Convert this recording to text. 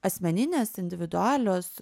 asmeninės individualios